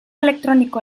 elektroniko